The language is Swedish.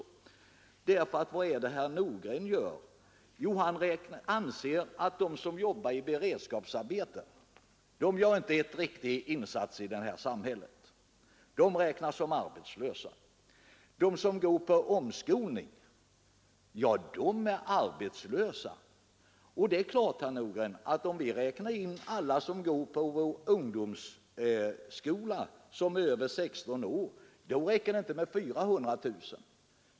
Herr Nordgren anser nämligen att de som jobbar i beredskapsarbete inte gör någon riktig insats i samhället; de skall räknas som arbetslösa. De som går på omskolningskurser är också arbetslösa, menar han. Om vi skulle räkna in alla som går i ungdomsskola och som är över 16 år, skulle det inte räcka med siffran 400 000.